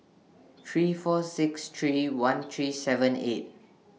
three four six three one three seven eight